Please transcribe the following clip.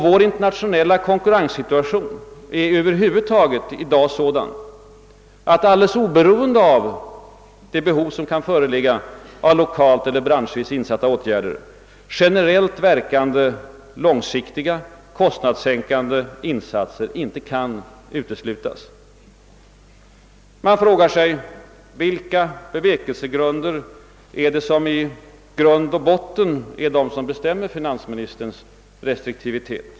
Vår internationella konkurrenssituation är i dag över huvud taget sådan, att — alldeles oberoende av de behov som kan föreligga av lokalt eller branschvis insatta åtgärder — generellt verkande långsiktiga kostnadssänkande insatser inte kan uteslutas. Man frågar sig vilka bevekelsegrunder som ytterst bestämmer finansministerns restriktivitet.